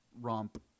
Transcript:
romp